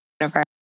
universe